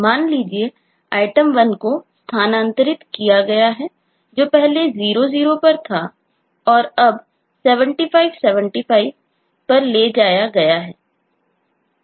मान लीजिए item1 को स्थानांतरित किया गया है जो पहले पर ले जाया गया है